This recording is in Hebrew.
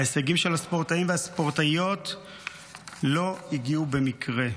ההישגים של הספורטאים והספורטאיות לא הגיעו במקרה.